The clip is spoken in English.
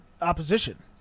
opposition